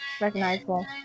recognizable